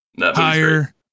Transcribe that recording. Higher